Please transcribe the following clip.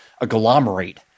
agglomerate